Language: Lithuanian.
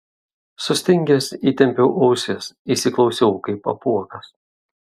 sustingęs įtempiau ausis įsiklausiau kaip apuokas